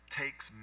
takes